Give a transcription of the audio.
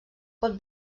pot